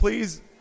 Please